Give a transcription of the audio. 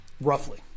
Roughly